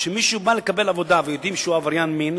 כשמישהו בא לקבל עבודה ויודעים שהוא עבריין מין,